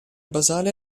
basale